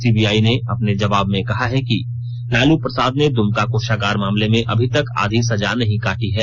CBI ने अपने जवाब में कहा है कि लालू प्रसाद ने दुमका कोषागार मामले में अभी तक आधी सजा नहीं काटी है